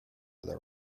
there